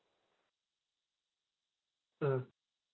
mm